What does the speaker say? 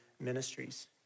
ministries